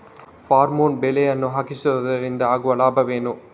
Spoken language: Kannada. ಫೆರಮೋನ್ ಬಲೆಯನ್ನು ಹಾಯಿಸುವುದರಿಂದ ಆಗುವ ಲಾಭವೇನು?